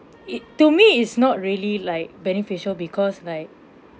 it to me is not really like beneficial because like